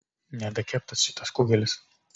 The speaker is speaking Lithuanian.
nedakeptas šitas kugelis